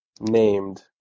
named